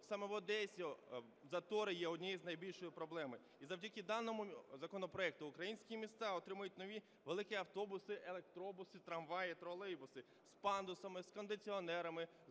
саме в Одесі затори є однією з найбільших проблем. І завдяки даному законопроекту українські міста отримають нові великі автобуси, електробуси, трамваї, тролейбуси з пандусами, з кондиціонерами,